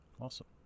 Awesome